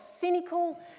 cynical